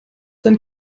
sein